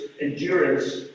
endurance